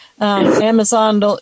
Amazon